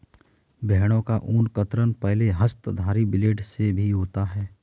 भेड़ों का ऊन कतरन पहले हस्तधारी ब्लेड से भी होता है